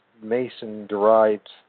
Mason-derived